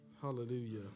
hallelujah